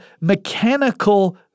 mechanical